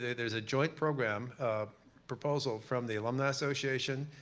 there is a joint program proposal from the alumni association,